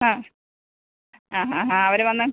ആ ആ ആ ആ അവർ വന്ന്